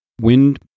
Wind